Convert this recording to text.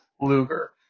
Luger